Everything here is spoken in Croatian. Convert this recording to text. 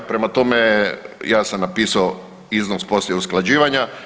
Prema tome, ja sam napisao iznos poslije usklađivanja.